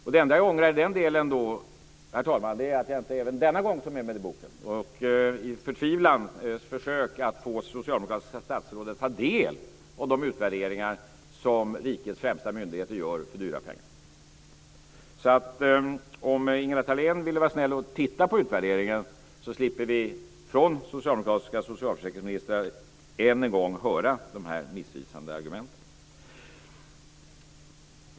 Och det enda som jag ångrar i den delen, herr talman, är att jag inte även denna gång tog med mig skriften för att i ett förtvivlat försök få socialdemokratiska statsråd att ta del av de utvärderingar som rikets främsta myndigheter gör för dyra pengar. Om Ingela Thalén ville vara snäll och titta på utvärderingen så slipper vi från socialdemokratiska socialförsäkringsministrar än en gång höra dessa missvisande argument.